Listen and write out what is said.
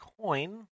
coin